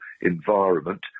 environment